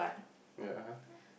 ya